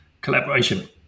collaboration